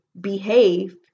behave